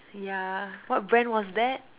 ya what brand was that